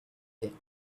think